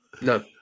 No